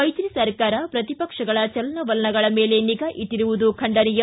ಮೈತ್ರಿ ಸರ್ಕಾರ ಪ್ರತಿಪಕ್ಷಗಳ ಚಲನವಲನಗಳ ಮೇಲೆ ನಿಗಾ ಇಟ್ಟಿರುವುದು ಖಂಡನೀಯ